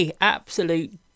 Absolute